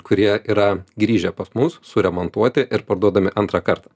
kurie yra grįžę pas mus suremontuoti ir parduodami antrą kartą